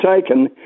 taken